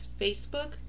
Facebook